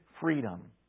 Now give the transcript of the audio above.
freedom